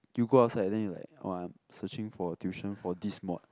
you go outside then you are like !wah! searching for tuition for this mod